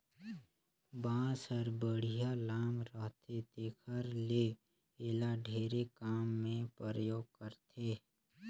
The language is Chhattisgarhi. बांस हर बड़िहा लाम रहथे तेखर ले एला ढेरे काम मे परयोग करथे